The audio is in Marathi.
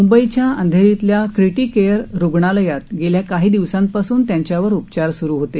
म्ंबईच्या अंधेरीतील क्रिटीकेअर रुग्णालयात गेल्या काही दिवसांपासून त्यांच्यावर उपचार सूरू होते